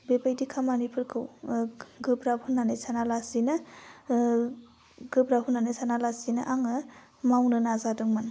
बेबायदि खामानिफोरखौ गोब्राब होन्नानै साना लासिनो गोब्राब होन्नानै साना लासिनो आङो मावनो नाजादोंमोन